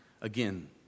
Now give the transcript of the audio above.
again